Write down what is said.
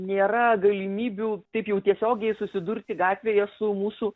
nėra galimybių taip jau tiesiogiai susidurti gatvėje su mūsų